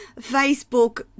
Facebook